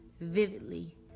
Vividly